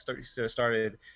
started